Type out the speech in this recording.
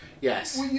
Yes